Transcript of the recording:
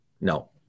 No